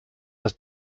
das